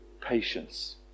patience